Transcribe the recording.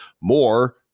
more